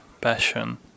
passion